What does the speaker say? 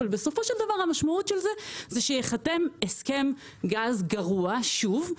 אבל בסופו של דבר המשמעות של זה היא שייחתם הסכם גז גרוע שוב,